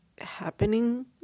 happening